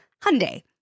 Hyundai